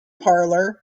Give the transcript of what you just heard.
parlour